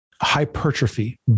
hypertrophy